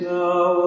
now